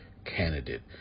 Candidate